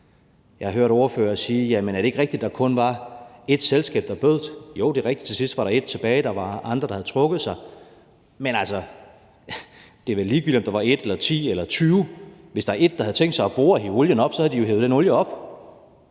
er det ikke rigtigt, at der kun var et selskab, der bød? Jo, det er rigtigt. Til sidst var der et tilbage, der var andre, der havde trukket sig, men altså, det er vel ligegyldigt, om der var 1 eller 10 eller 20 selskaber. Hvis der var et, der havde tænkt sig at bore og hive olien op, havde de hevet den olie op.